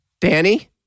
Danny